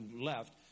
left